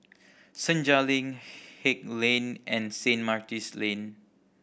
Senja Link Haig Lane and Saint Martin's Lane